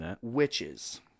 witches